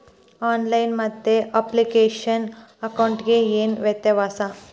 On line ಮತ್ತೆ ಆಫ್ಲೈನ್ ಅಕೌಂಟಿಗೆ ಏನು ವ್ಯತ್ಯಾಸ?